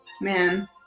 man